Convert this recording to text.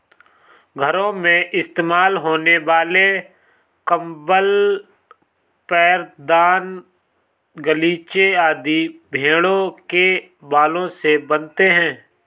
घरों में इस्तेमाल होने वाले कंबल पैरदान गलीचे आदि भेड़ों के बालों से बनते हैं